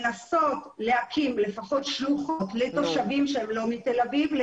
לנסות להקים לפחות שלוחות לתושבים שהם לא מתל אביב.